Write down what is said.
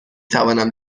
توانم